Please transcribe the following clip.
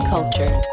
Culture